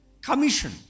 Commission